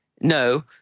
no